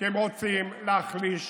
שהם רוצים להחליש